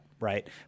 right